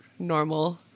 normal